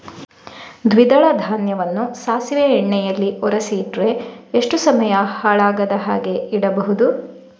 ದ್ವಿದಳ ಧಾನ್ಯವನ್ನ ಸಾಸಿವೆ ಎಣ್ಣೆಯಲ್ಲಿ ಒರಸಿ ಇಟ್ರೆ ಎಷ್ಟು ಸಮಯ ಹಾಳಾಗದ ಹಾಗೆ ಇಡಬಹುದು?